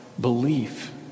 belief